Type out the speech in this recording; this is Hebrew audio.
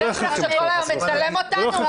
העוזר שלך שכל היום מצלם אותנו?